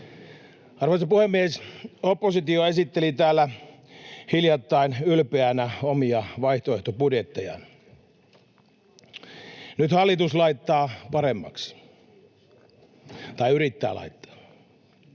Arvoisa puhemies! Oppositio esitteli täällä hiljattain ylpeänä omia vaihtoehtobudjettejaan. Nyt hallitus laittaa paremmaksi. Tai yrittää laittaa.